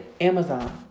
Amazon